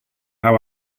how